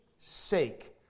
sake